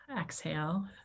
exhale